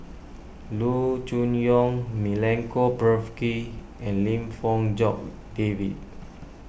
Loo Choon Yong Milenko Prvacki and Lim Fong Jock David